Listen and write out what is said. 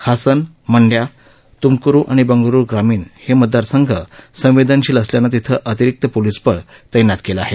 हासन मंड्या तुमकुरु आणि बंगळुरु ग्रामीण हे मतदारसंघ संवेदनशील असल्यानं तिथं अतिरिक पोलीस बळ तैनात केलं आहे